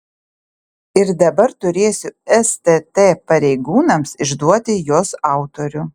ir dabar turėsiu stt pareigūnams išduoti jos autorių